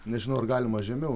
nežinau ar galima žemiau